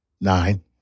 nine